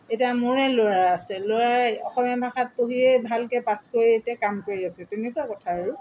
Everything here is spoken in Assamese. এতিয়া মোৰে ল'ৰা আছে ল'ৰাই অসমীয়া ভাষাত পঢ়িয়েই ভালকৈ পাছ কৰি এতিয়া কাম কৰি আছে তেনেকুৱা কথা আৰু